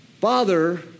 Father